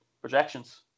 projections